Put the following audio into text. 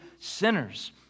sinners